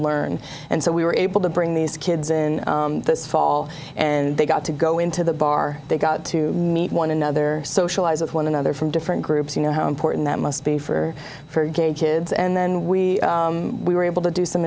learn and so we were able to bring these kids in this fall and they got to go into the bar they got to meet one another socialize with one another from different groups you know how important that must be for for gay kids and then we we were able to do some